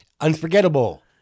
Unforgettable